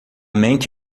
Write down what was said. mente